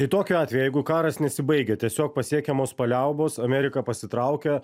tai tokiu atveju jeigu karas nesibaigia tiesiog pasiekiamos paliaubos amerika pasitraukia